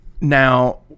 now